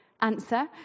answer